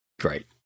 Great